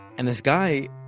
and this guy,